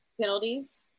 penalties